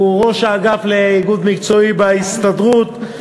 ראש האגף לאיגוד מקצועי בהסתדרות,